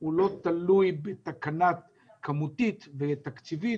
הוא לא תלוי בתקנה כמותית תקציבית,